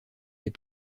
des